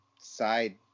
side